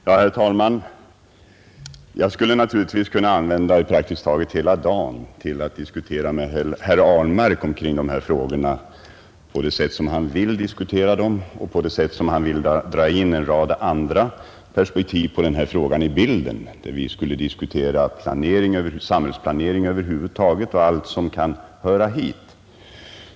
Herr talman! Jag skulle naturligtvis kunna använda praktiskt taget hela dagen till att diskutera med herr Ahlmark omkring dessa problem på det sätt som han vill diskutera dem och på det sätt som han vill dra in en rad andra perspektiv på denna fråga i bilden. Vi skulle då diskutera samhällsplanering över huvud taget och allt som kan höra hit.